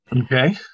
Okay